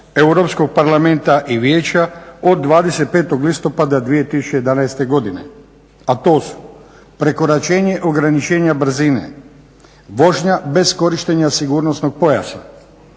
Europskog parlamenta i vijeća od 25. listopada 2011. godine, a to su: prekoračenje ograničenja brzine, vožnja bez korištenja sigurnosnog pojasa,